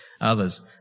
others